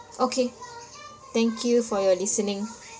okay thank you for your listening